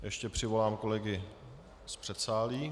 Ještě přivolám kolegy z předsálí.